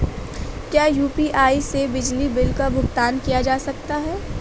क्या यू.पी.आई से बिजली बिल का भुगतान किया जा सकता है?